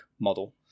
model